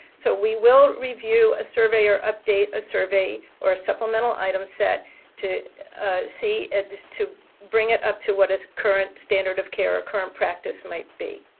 so, we will review a survey or update a survey or a supplemental item set to see and to bring it up to what is current standard of care or current practice might be.